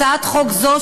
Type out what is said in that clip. הצעת חוק זו,